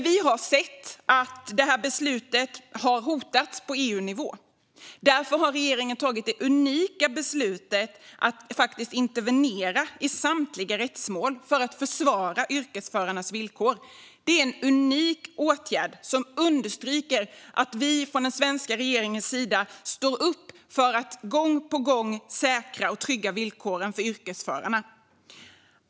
Vi har dock sett att det här beslutet har hotats på EU-nivå. Därför har regeringen tagit det unika beslutet att intervenera i samtliga rättsmål för att försvara yrkesförarnas villkor. Det är en unik åtgärd som understryker att vi från den svenska regeringens sida står upp för att gång på gång säkra och trygga villkoren för yrkesförarna.